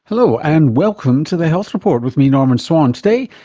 hello, and welcome to the health report, with me, norman swan. today,